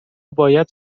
باید